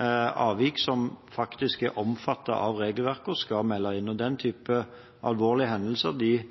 avvik som faktisk er omfattet av regelverket, og som en skal melde inn. Den type alvorlige hendelser